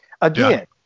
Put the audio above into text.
Again